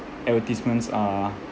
advertisements uh